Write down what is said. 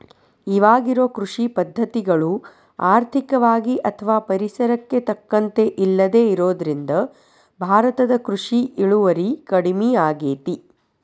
ಇವಾಗಿರೋ ಕೃಷಿ ಪದ್ಧತಿಗಳು ಆರ್ಥಿಕವಾಗಿ ಅಥವಾ ಪರಿಸರಕ್ಕೆ ತಕ್ಕಂತ ಇಲ್ಲದೆ ಇರೋದ್ರಿಂದ ಭಾರತದ ಕೃಷಿ ಇಳುವರಿ ಕಡಮಿಯಾಗೇತಿ